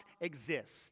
exist